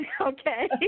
okay